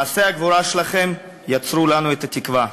מעשי הגבורה שלכם יצרו לנו את התקווה.